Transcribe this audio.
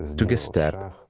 took a step,